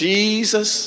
Jesus